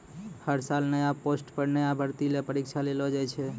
हर साल नया पोस्ट पर नया भर्ती ल परीक्षा लेलो जाय छै